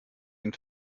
ihn